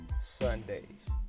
Sundays